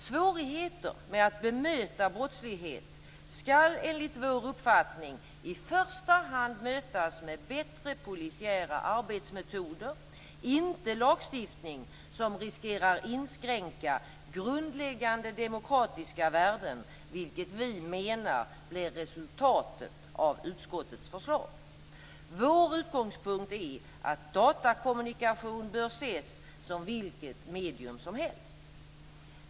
Svårigheter med att bemöta brottslighet skall enligt vår uppfattning i första hand mötas med bättre polisiära arbetsmetoder - inte med lagstiftning, som riskerar inskränka grundläggande demokratiska värden, vilket vi moderater menar blir resultatet av utskottets förslag. Vår utgångspunkt är att datakommunikation bör ses som vilket medium som helst.